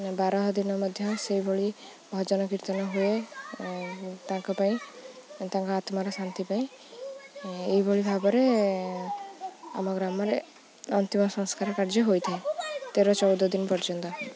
ବାର ଦିନ ମଧ୍ୟ ସେଇଭଳି ଭଜନ କୀର୍ତ୍ତନ ହୁଏ ତାଙ୍କ ପାଇଁ ତାଙ୍କ ଆତ୍ମାର ଶାନ୍ତି ପାଇଁ ଏହିଭଳି ଭାବରେ ଆମ ଗ୍ରାମରେ ଅନ୍ତିମ ସଂସ୍କାର କାର୍ଯ୍ୟ ହୋଇଥାଏ ତେର ଚଉଦ ଦିନ ପର୍ଯ୍ୟନ୍ତ